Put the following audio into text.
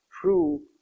true